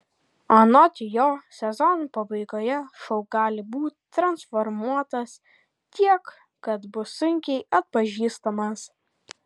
anot jo sezono pabaigoje šou gali būti transformuotas tiek kad bus sunkiai atpažįstamas